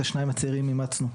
את השניים הצעירים אימצנו.